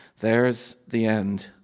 there's the end.